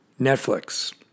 Netflix